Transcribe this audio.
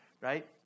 right